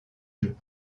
jeux